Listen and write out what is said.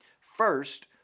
First